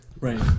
Right